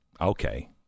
okay